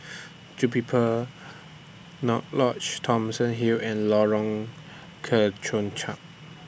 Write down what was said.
Jupiper Lodge Thomson Hill and Lorong Kemunchup